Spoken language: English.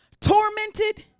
tormented